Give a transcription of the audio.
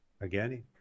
Again